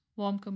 warm